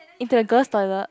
in the girls toilet